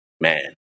Man